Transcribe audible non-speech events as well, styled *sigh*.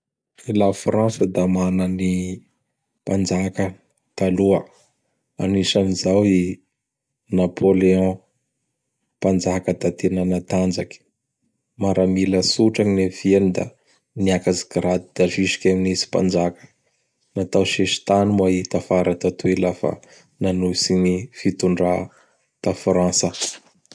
*noise* I Lafrantsa da mana ny Mpanjaka taloa. Anisan'izao i Napoléon; Mpanjaka da tena natanjaky. Miaramila tsotra gn niaviany da niakatsy grady da zisky amin'izy Mpanjaka. Natao sesitany moa i tafara tatoy lafa nanohitsy gny fitondrà ta Frantsa. *noise*